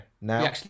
now